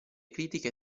critiche